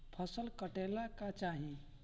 फसल काटेला का चाही?